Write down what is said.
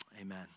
Amen